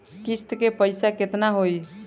किस्त के पईसा केतना होई?